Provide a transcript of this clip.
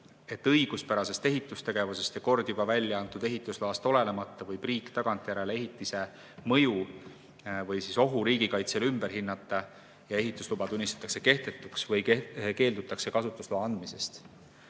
et õiguspärasest ehitustegevusest ja kord juba välja antud ehitusloast olenemata võib riik tagantjärele ehitise mõju või ohu riigikaitsele ümber hinnata ja ehitusluba tunnistatakse kehtetuks või keeldutakse kasutusloa andmisest.